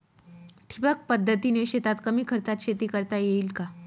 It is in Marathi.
ठिबक पद्धतीने शेतात कमी खर्चात शेती करता येईल का?